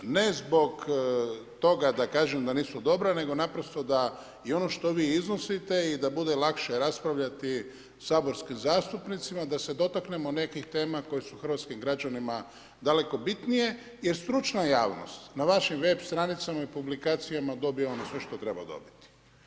Ne zbog toga da kažem da nisu dobra, nego naprosto da ono što vi iznosite i da bude lakše raspravljati saborskim zastupnicima da se dotaknemo nekih tema koje su hrvatskim građanima daleko bitnije, jer stručna javnost na vašim web stranicama i publikacijama dobije ono sve što treba dobiti.